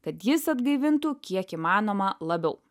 kad jis atgaivintų kiek įmanoma labiau